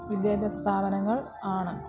വിദ്യഭ്യാസം സ്ഥാപനങ്ങൾ ആണ്